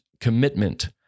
commitment